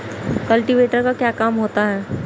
Cultivator का क्या काम होता है?